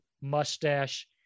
mustache